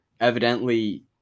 evidently